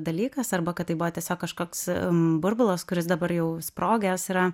dalykas arba kad tai buvo tiesiog kažkoks burbulas kuris dabar jau sprogęs yra